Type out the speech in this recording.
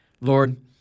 Lord